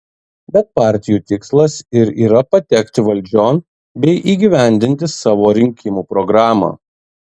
bet partijų tikslas ir yra patekti valdžion bei įgyvendinti savo rinkimų programą